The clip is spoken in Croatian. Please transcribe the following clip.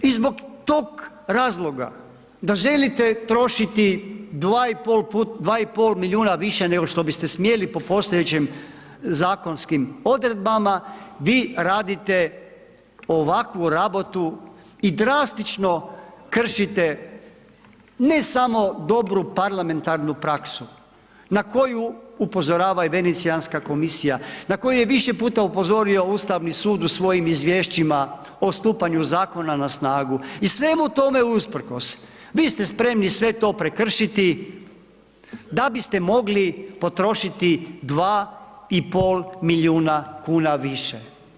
I zbog tog razloga, da želite trošiti 2,5 milijuna više, nego što biste smijali po postojećim zakonskim odredbama, vi radite ovakvu rabotu i drastično kršite ne samo dobru parlamentarnu praksu, na koju upozorava i Venecijanska komisija, na koju je više puta upozorio Ustavni sud u svojim izvješćima o stupanju zakona na snagu i svemu tome usprkos, vi ste spremni sve to prekršiti, da biste mogli potrošiti 2,5 milijuna kuna više.